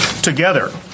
together